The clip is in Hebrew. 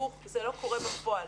תיווך לא קורה בפועל